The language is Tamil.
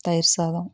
தயிர் சாதம்